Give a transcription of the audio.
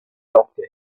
doctor